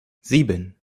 sieben